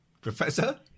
professor